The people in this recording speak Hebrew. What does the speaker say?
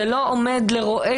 זה לא עומד לו לרועץ